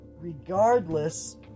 regardless